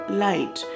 light